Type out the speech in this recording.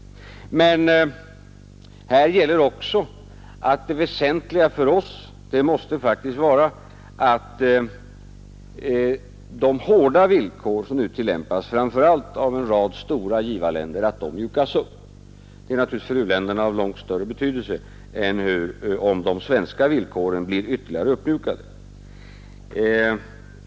Men här gäller också att det väsentliga för oss måste faktiskt vara att de hårda villkor som nu tillämpas framför allt av en rad stora givarländer mjukas upp. Det är naturligtvis för u-länderna av långt större betydelse än om de svenska villkoren blir ytterligare uppmjukade.